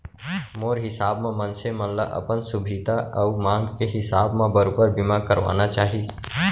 मोर हिसाब म मनसे मन ल अपन सुभीता अउ मांग के हिसाब म बरोबर बीमा करवाना चाही